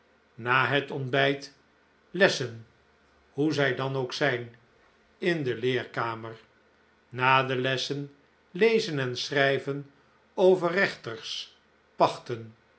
na het ontbijt lessen hoe zij dan ook zijn in de leerkamer na de lessen lezen en schrijven over rechters pachten